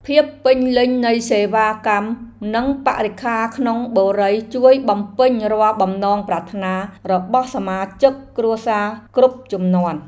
ភាពពេញលេញនៃសេវាកម្មនិងបរិក្ខារក្នុងបុរីជួយបំពេញរាល់បំណងប្រាថ្នារបស់សមាជិកគ្រួសារគ្រប់ជំនាន់។